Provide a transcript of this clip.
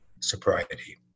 sobriety